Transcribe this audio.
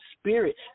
spirit